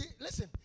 listen